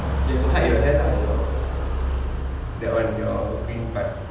ya you have to hide your hair lah your that [one] your green part